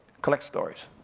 collect stories.